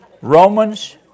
Romans